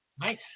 Nice